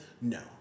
no